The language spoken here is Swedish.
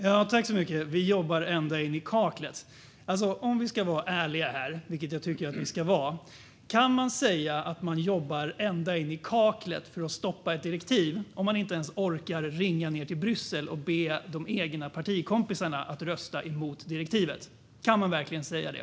Fru talman! Ni jobbar ända in i kaklet. Om vi ska vara ärliga här, vilket jag tycker att vi ska vara, kan man säga att man jobbar ända in i kaklet för att stoppa ett direktiv om man inte ens orkar ringa Bryssel och be de egna partikompisarna att rösta mot direktivet? Kan man verkligen säga det?